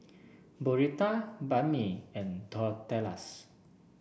Burrito Banh Mi and Tortillas